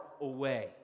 away